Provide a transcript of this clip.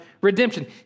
redemption